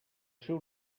seu